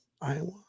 Iowa